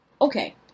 Okay